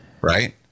right